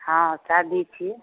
हँ शादी छी